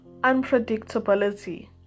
Unpredictability